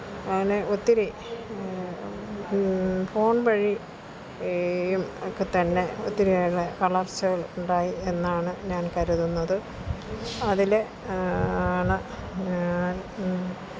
അങ്ങനെ ഒത്തിരി ഫോണ് വഴിയും ഒക്കെത്തന്നെ ഒത്തിരിയേറെ വളര്ച്ചകള് ഉണ്ടായി എന്നാണ് ഞാന് കരുതുന്നത് അതിൽ ആണ് ഞാന്